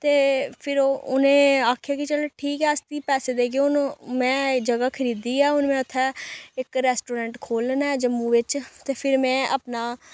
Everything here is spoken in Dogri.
ते फिर ओह उ'नें आखेआ कि चल ठीक ऐ अस तुगी पैसे देग्गे हून में एह् जगह खरीदी ऐ हून में उत्थै इक रेस्टोरैंट खोल्लना ऐ जम्मू बिच्च ते फिर में अपना